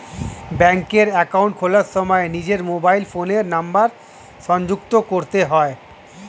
ব্যাঙ্কে অ্যাকাউন্ট খোলার সময় নিজের মোবাইল ফোনের নাম্বার সংযুক্ত করতে হয়